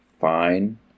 fine